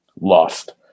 lost